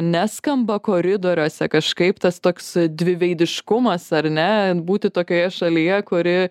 neskamba koridoriuose kažkaip tas toks dviveidiškumas ar ne būti tokioje šalyje kuri